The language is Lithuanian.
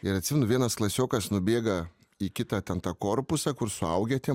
ir atsimenu vienas klasiokas nubėga į kitą ten tą korpusą kur suaugę tie